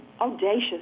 audacious